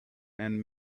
and